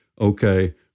okay